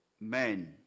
men